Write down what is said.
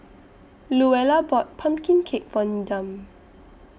Luella bought Pumpkin Cake For Needham